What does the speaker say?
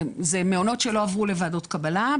זה מעונות שלא עברו לוועדות קבלה.